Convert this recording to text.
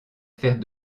faire